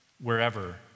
wherever